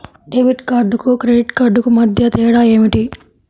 Debit కార్డుకు credit కార్డుకు మధ్య తేడా ఏమిటీ?